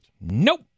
nope